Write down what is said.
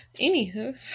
Anywho